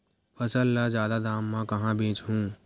फसल ल जादा दाम म कहां बेचहु?